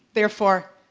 therefore,